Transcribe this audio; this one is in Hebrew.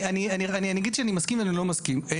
אני מציע שנדבר בינינו בממשלה ונבוא עם עמדה מסודרת בפני